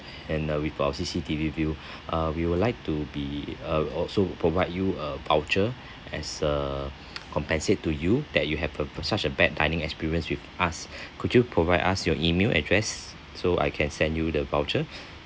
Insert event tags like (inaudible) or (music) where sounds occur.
and uh with our C_C_T_V view uh we will like to be uh also provide you a voucher as a (noise) compensate to you that you have a a such a bad dining experience with us (breath) could you provide us your email address so I can send you the voucher